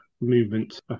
movement